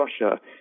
Russia